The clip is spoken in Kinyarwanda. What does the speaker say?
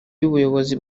y’ubuyobozi